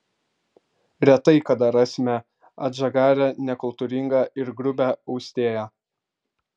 retai kada rasime atžagarią nekultūringą ir grubią austėją